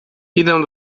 idę